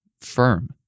firm